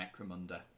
Necromunda